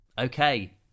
Okay